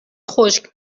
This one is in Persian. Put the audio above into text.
خشک